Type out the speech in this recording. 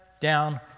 down